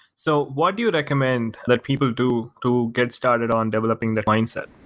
so what do you recommend that people do to get started on developing their mindset?